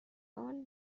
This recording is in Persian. حال